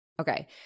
Okay